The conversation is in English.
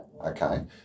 Okay